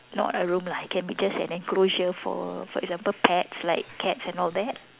not a room lah it can just an enclosure for for example pets like cats and all that